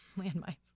landmines